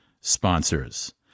sponsors